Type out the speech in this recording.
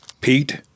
Pete